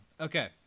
okay